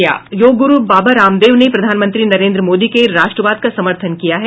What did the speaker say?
योग गुरू बाबा रामदेव ने प्रधानमंत्री नरेंद्र मोदी के राष्ट्रवाद का समर्थन किया है